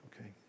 okay